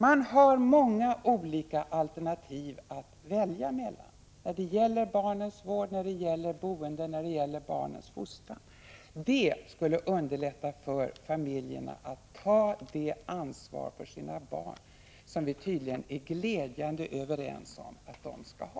Man har många olika alternativ att välja mellan när det gäller barnens vård, boende och barnens fostran. Detta skulle underlätta för familjerna att ta det ansvar för sina barn som vi tydligen är glädjande överens om att de skall ha.